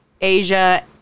Asia